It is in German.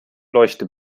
leuchte